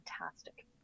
fantastic